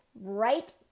right